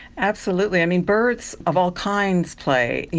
absolutely. i mean, birds of all kinds play.